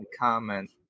comment